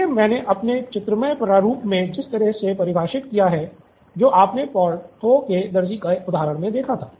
इसलिए मैंने अपने चित्रमय प्रारूप में जिस तरह से परिभाषित किया है जो आपने पोर्थो के दर्जी के उधारहण मे देखा था